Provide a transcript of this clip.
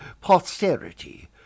posterity